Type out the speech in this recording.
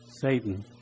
Satan